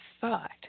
thought